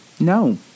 No